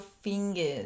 fingers